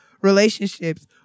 relationships